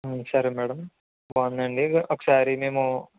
సరే మేడం బాగుందండి ఒకసారి మేము